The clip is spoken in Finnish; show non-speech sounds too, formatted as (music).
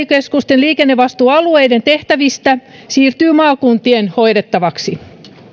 (unintelligible) keskusten liikennevastuualueiden tehtävistä siirtyy maakuntien hoidettavaksi